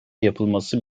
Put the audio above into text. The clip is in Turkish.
yapılması